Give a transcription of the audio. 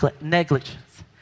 negligence